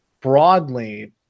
broadly